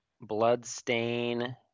Bloodstain